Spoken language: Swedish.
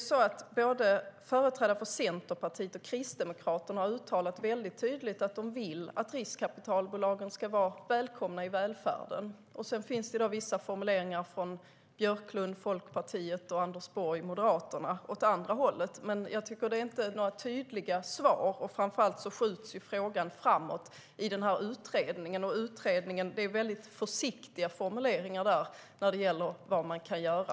Företrädare för både Centerpartiet och Kristdemokraterna har uttalat väldigt tydligt att de vill att riskkapitalbolagen ska vara välkomna i välfärden. Sedan finns det vissa formuleringar från Björklund i Folkpartiet och Anders Borg i Moderaterna som pekar åt andra hållet. Men det finns inte några tydliga svar. Framför allt skjuts frågan framåt i utredningen, och det blir väldigt försiktiga formuleringar i utredningen när det gäller vad man kan göra.